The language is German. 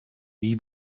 wie